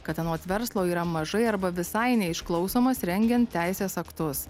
kad anot verslo yra mažai arba visai neišklausomas rengiant teisės aktus